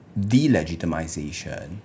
delegitimization